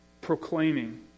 proclaiming